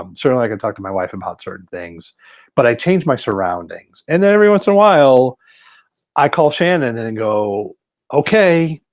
um certainly i can talk to my wife about certain things but i change my surroundings and then every once in a while i call shannon and and go okay,